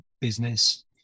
business